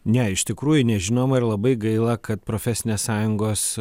ne iš tikrųjų nežinoma ir labai gaila kad profesinės sąjungos